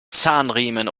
zahnriemen